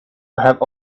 have